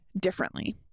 differently